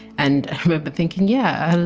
and i remember thinking, yeah,